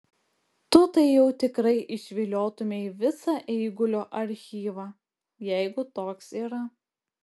tu tai jau tikrai išviliotumei visą eigulio archyvą jeigu toks yra